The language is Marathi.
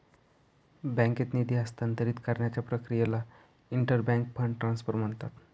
बँकेत निधी हस्तांतरित करण्याच्या प्रक्रियेला इंटर बँक फंड ट्रान्सफर म्हणतात